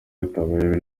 bitabaye